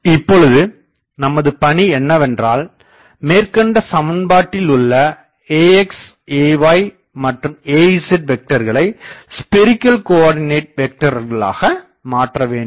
இப்போது நமது பணி என்னவென்றால் மேற்கண்ட சமன்பாட்டில் உள்ள ax ay மற்றும் az வெக்டர்களை ஸ்பெரிகள் கோஆர்டினேட் வெக்டராக மாற்றவேண்டும்